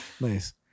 nice